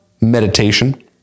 meditation